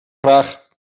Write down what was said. graag